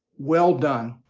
well done.